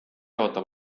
ootab